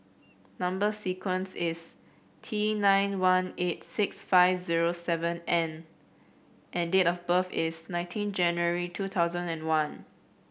number sequence is T nine one eight six five zero seven N and date of birth is nineteen January two thousand and one